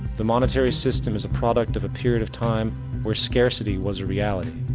the monetary system is a product of a period of time where scarcity was a reality.